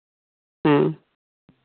ᱦᱮᱸ